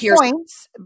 points